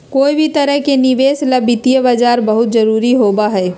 कोई भी तरह के निवेश ला वित्तीय बाजार बहुत जरूरी होबा हई